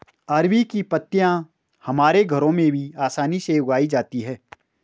अरबी की पत्तियां हमारे घरों में भी आसानी से उगाई जाती हैं